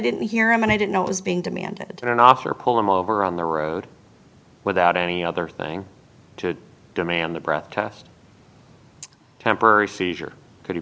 didn't hear him and i didn't know it was being demanded an officer pull him over on the road without any other thing to demand the breath test temporary seizure